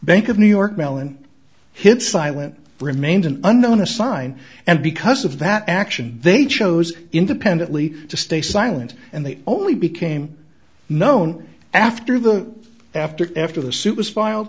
bank of new york mellon hit silent remains an unknown a sign and because of that action they chose independently to stay silent and they only became known after the after after the suit was file